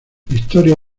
historia